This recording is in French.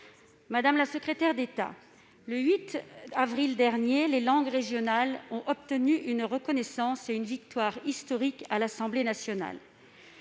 Madame la secrétaire d'État, le 8 avril dernier, les langues régionales ont obtenu une reconnaissance et une victoire historiques à l'Assemblée nationale.